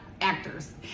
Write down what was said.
actors